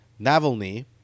Navalny